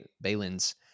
Balin's